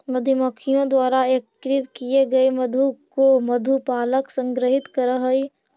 मधुमक्खियों द्वारा एकत्रित किए गए मधु को मधु पालक संग्रहित करअ हई